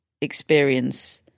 experience